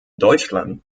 deutschland